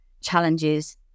challenges